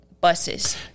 buses